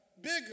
bigger